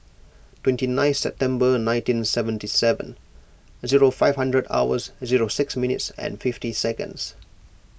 twenty nine September nineteen seventy seven zero five hundred hours zero six minutes and fifty seconds